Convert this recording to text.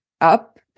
up